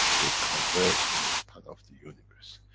they convert in the span of the universe.